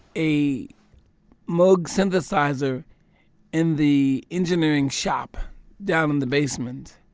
a moog synthesizer in the engineering shop down in the basement.